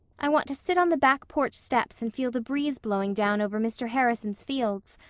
i want to sit on the back porch steps and feel the breeze blowing down over mr. harrison's fields.